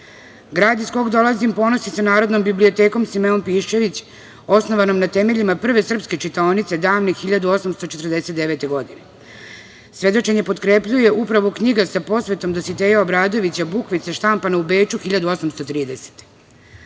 iz koga dolazim ponosi se Narodnom bibliotekom „Simeon Piščević“, osnovanom na temeljima prve srpske čitaonice davne 1849. godine. Svedočenje potkrepljuje, upravo knjiga sa posvetom Dositeja Obradovića Bukvice štampane u Beču 1830.